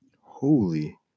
Holy